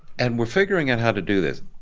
and we're figuring out how to do this.